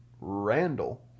Randall